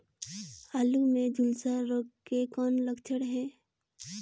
आलू मे झुलसा रोग के कौन लक्षण हे?